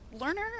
learner